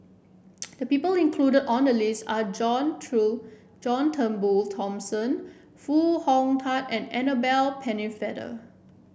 the people included on the list are John True John Turnbull Thomson Foo Hong Tatt and Annabel Pennefather